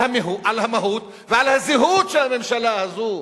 על המהות ועל הזהות של הממשלה הזאת.